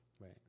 right